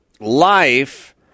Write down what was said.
Life